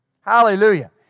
Hallelujah